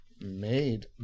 made